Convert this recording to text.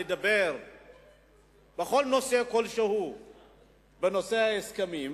לדבר בנושא כלשהו בנושא ההסכמים,